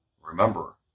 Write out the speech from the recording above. remember